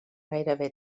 gairebé